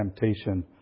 temptation